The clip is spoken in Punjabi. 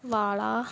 ਵਾਲਾ